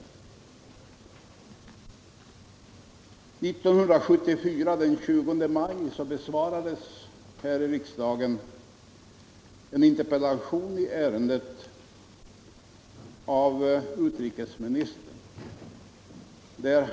Den 20 maj 1974 besvarade utrikesministern här i kammaren en interpellation i ärendet.